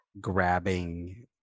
grabbing